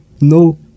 no